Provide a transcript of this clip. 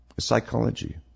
psychology